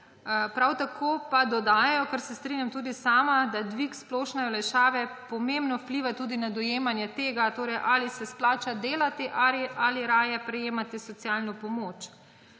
Prav tako pa dodajajo, s čimer se strinjam tudi sama, da dvig splošne olajšave pomembno vpliva tudi na dojemanje tega, ali se splača delati ali raje prejemati socialno pomoč.